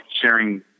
sharing